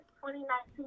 2019